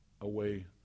away